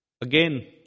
again